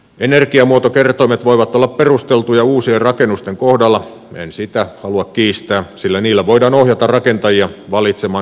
energiamuotokertoimet voivat olla perusteltuja uusien rakennusten kohdalla en sitä halua kiistää sillä niillä voidaan ohjata rakentajia valitsemaan ympäristöystävällisiä lämmitysmuotoja